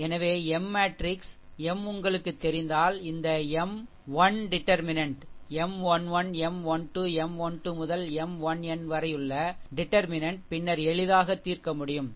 எனவே M matrix M உங்களுக்குத் தெரிந்தால் இந்த M 1 determinant M 1 1 M 1 2 M 1 2 முதல் M 1n வரையுள்ள டிடர்மினென்ட் பின்னர் எளிதாக தீர்க்க முடியும் சரி